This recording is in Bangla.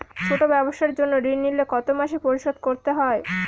ছোট ব্যবসার জন্য ঋণ নিলে কত মাসে পরিশোধ করতে হয়?